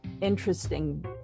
interesting